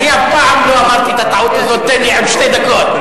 אני אף פעם לא אמרתי את הטעות הזאת: תן לי עוד שתי דקות.